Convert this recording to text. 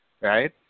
Right